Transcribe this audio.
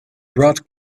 brought